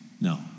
No